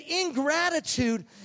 ingratitude